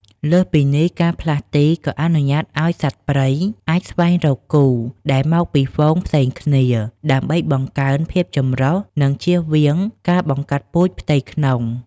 លើសពីនេះ ការផ្លាស់ទីក៏អនុញ្ញាតឱ្យសត្វព្រៃអាចស្វែងរកគូ ដែលមកពីហ្វូងផ្សេងគ្នា ដើម្បីបង្កើនភាពចម្រុះ និងជៀសវាងការបង្កាត់ពូជផ្ទៃក្នុង។